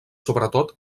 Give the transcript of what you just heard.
sobretot